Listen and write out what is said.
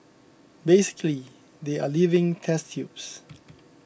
basically they are living test tubes